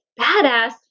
badass